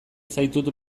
zaitut